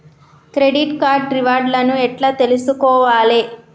Credit card reward లను ఎట్ల తెలుసుకోవాలే?